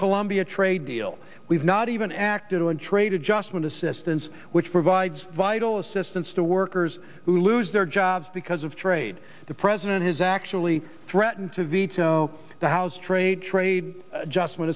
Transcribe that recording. colombia trade deal we've not even acted on trade adjustment assistance which provides vital assistance to workers who lose their jobs because of trade the president has actually threatened to veto the house trade trade adjustment